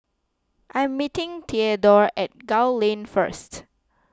I am meeting theadore at Gul Lane first